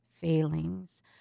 failings